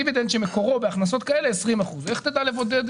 דיבידנד שמקורו בהכנסות כאלה 20 אחוזים.